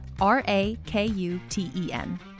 R-A-K-U-T-E-N